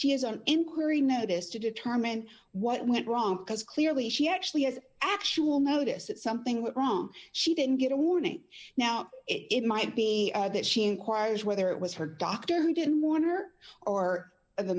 she has an inquiry notice to determine what went wrong because clearly she actually has actual notice that something went wrong she didn't get a warning now it might be that she inquires whether it was her doctor who didn't want her or the